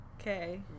Okay